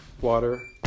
water